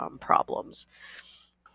problems